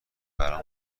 برام